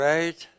Right